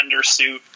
undersuit